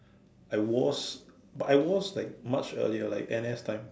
I was but I was like much earlier like N_S time